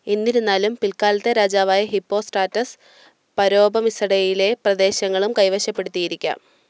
എന്നിരുന്നാലും പിൽക്കാലത്തെ രാജാവായ ഹിപ്പോസ്ട്രാറ്റസ് പരോപമിസഡേയിലെ പ്രദേശങ്ങളും കൈവശപ്പെടുത്തിയിരിക്കാം